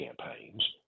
campaigns